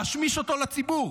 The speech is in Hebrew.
להשמיש אותו לציבור.